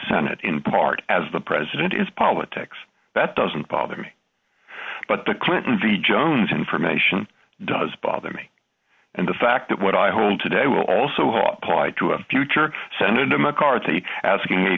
senate in part as the president is politics that doesn't bother me but the clinton v jones information does bother me and the fact that what i hold today will also apply to a future senator mccarthy asking a